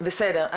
בסדר,